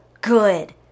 good